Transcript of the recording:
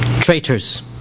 Traitors